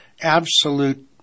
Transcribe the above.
absolute